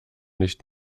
nicht